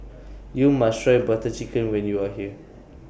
YOU must Try Butter Chicken when YOU Are here